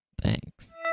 Thanks